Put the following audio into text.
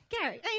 Gary